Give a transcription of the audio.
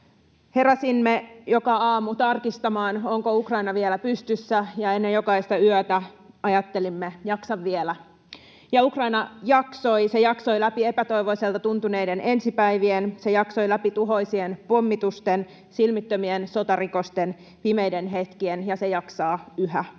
Heräsimme joka aamu tarkistamaan, onko Ukraina vielä pystyssä, ja ennen jokaista yötä ajattelimme: jaksa vielä. Ja Ukraina jaksoi. Se jaksoi läpi epätoivoiselta tuntuneiden ensi päivien, se jaksoi läpi tuhoisien pommitusten, silmittömien sotarikosten, pimeiden hetkien, ja se jaksaa yhä.